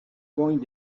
going